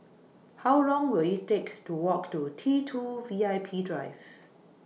How Long Will IT Take to Walk to T two V I P Drive